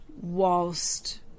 whilst